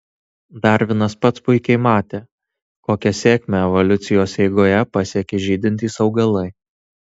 darvinas pats puikiai matė kokią sėkmę evoliucijos eigoje pasiekė žydintys augalai